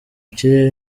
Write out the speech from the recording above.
kirere